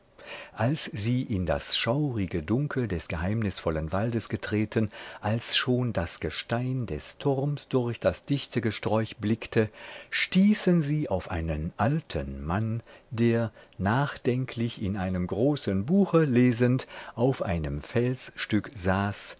als sie in das schaurige dunkel des geheimnisvollen waldes getreten als schon das gestein des turms durch das dichte gesträuch blickte stießen sie auf einen alten mann der nachdenklich in einem großen buche lesend auf einem felsstück saß